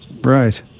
Right